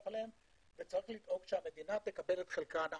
עליהם ולדאוג שהמדינה תקבל את חלקה הנאות.